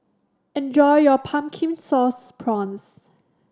enjoy your Pumpkin Sauce Prawns